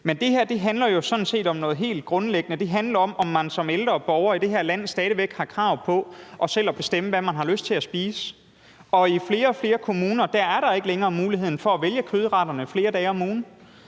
Men det her handler jo sådan set om noget helt grundlæggende, nemlig om man som ældre borger i det her land stadig væk har krav på selv at bestemme, hvad man har lyst til at spise, og i flere og flere kommuner er der ikke længere muligheden for at vælge kødretterne flere dage om ugen.